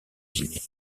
dîner